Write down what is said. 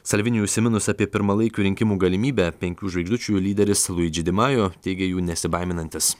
salviniui užsiminus apie pirmalaikių rinkimų galimybę penkių žvaigždučių lyderis luigi di maio teigė jų nesibaiminantis